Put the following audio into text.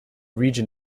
region